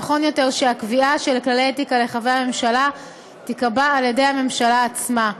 נכון יותר שכללי האתיקה לחברי הממשלה ייקבעו על-ידי הממשלה עצמה,